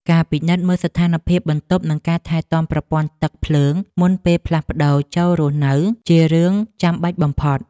ការពិនិត្យមើលស្ថានភាពបន្ទប់និងការថែទាំប្រព័ន្ធទឹកភ្លើងមុនពេលផ្លាស់ប្តូរចូលរស់នៅជារឿងចាំបាច់បំផុត។